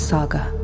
Saga